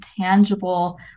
tangible